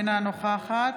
אינה נוכחת